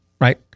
right